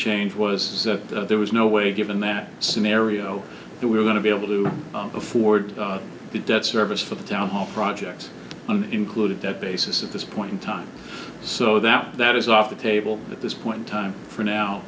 change was that there was no way given that scenario that we were going to be able to afford the debt service for the town hall project and included that basis at this point in time so that that is off the table at this point in time for now